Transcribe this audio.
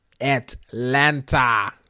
Atlanta